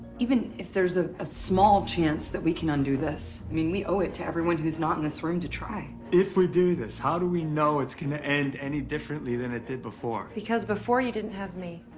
even if there's a small chance that we can undo this, i mean, we owe it to everyone who's not in this room to try. if we do this, how do we know it's going to end any differently than it did before? because before you didn't have me.